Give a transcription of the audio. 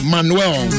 Manuel